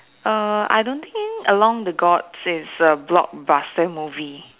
err I don't think along the gods is a blockbuster movie